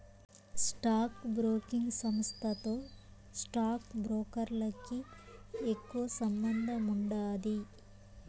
stock broking సంస్థతో stock బ్రోకర్లకి ఎక్కువ సంబందముండాది